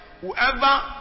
whoever